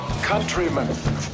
countrymen